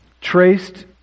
traced